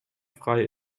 frei